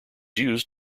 used